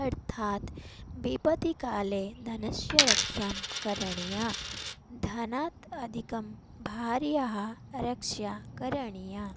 अर्थात् विपदि काले धनस्य रक्षा करणीया धनात् अधिकं भार्यारक्षा करणीया